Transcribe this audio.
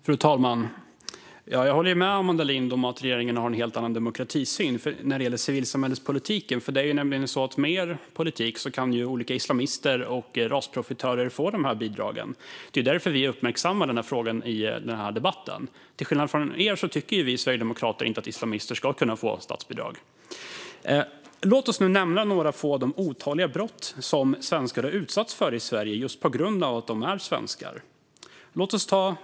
Fru talman! Jag håller med Amanda Lind om att regeringen har en helt annan demokratisyn när det gäller civilsamhällespolitiken. Det är nämligen så att med er politik kan olika islamister och rasprofitörer få dessa bidrag. Det är därför som vi uppmärksammar denna fråga i denna debatt. Till skillnad från er tycker vi sverigedemokrater inte att islamister ska kunna få statsbidrag. Låt mig nämna några få av de otaliga brott som svenskar har utsatts för i Sverige just på grund av att de är svenskar.